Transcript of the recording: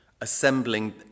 assembling